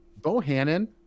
Bohannon